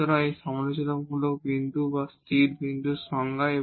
সুতরাং এটি critical point বা স্টেসেনারি পয়েন্ট এর সংজ্ঞা